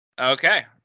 okay